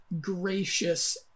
gracious